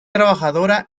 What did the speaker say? trabajadora